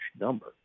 number